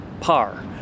par